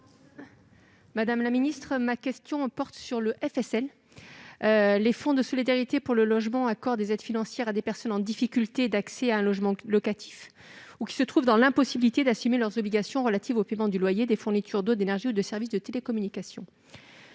Madame la secrétaire d'État, le fonds de solidarité pour le logement, le FSL, accorde des aides financières à des personnes en difficulté d'accès à un logement locatif, ou qui se trouvent dans l'impossibilité d'assumer leurs obligations relatives au paiement du loyer, des fournitures d'eau, d'énergie ou de services de télécommunication.